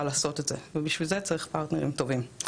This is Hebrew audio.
לעשות את זה.״ אבל בשביל זה צריך פרטנרים טובים.